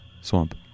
swamp